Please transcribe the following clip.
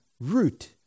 root